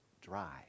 dry